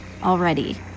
already